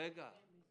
יש להם חופש אקדמי.